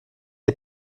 est